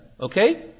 okay